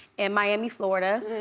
in miami florida.